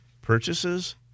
purchases